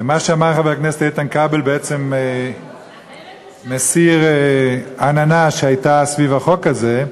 מה שאמר חבר הכנסת איתן כבל בעצם מסיר עננה שהייתה סביב החוק הזה,